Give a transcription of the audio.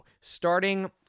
starting